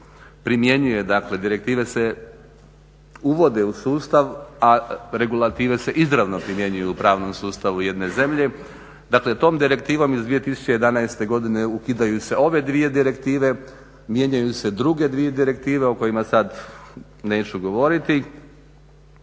primjenjuje dakle, direktive se uvode u sustav, a regulative se izravno primjenjuju u pravnom sustavu jedne zemlje. Dakle tom direktivom iz 2011. godine ukidaju se ove dvije direktive, mijenjaju se druge dvije direktive o kojima sad neću govoriti.